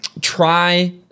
try